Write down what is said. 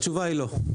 התשובה היא לא.